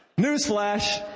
Newsflash